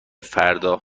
فردا